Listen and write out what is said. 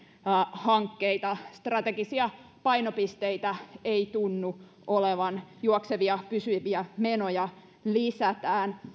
hankkeita strategisia painopisteitä ei tunnu olevan juoksevia pysyviä menoja lisätään